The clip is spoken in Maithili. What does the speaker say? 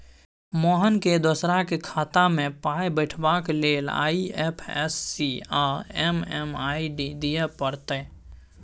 मोहनकेँ दोसराक खातामे पाय पठेबाक लेल आई.एफ.एस.सी आ एम.एम.आई.डी दिअ पड़तै